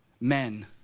men